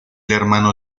hermano